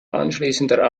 anschließender